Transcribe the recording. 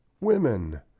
WOMEN